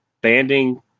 banding